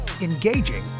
engaging